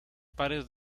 pares